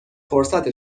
فرصت